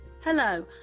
Hello